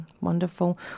Wonderful